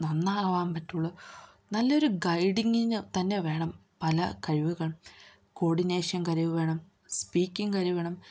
നന്നാവാൻ പറ്റുള്ളൂ നല്ലൊരു ഗൈഡിങ്ങിന് തന്നെ വേണം പല കഴിവുകൾ കോഡിനേഷൻ കഴിവ് വേണം സ്പീക്കിങ്ങ് കഴിവ് വേണം